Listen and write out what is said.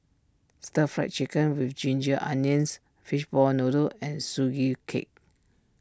Stir Fried Chicken with Ginger Onions Fishball Noodle and Sugee Cake